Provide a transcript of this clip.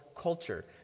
culture